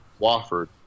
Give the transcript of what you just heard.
Wofford